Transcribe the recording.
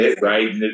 Right